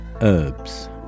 herbs